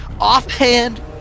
offhand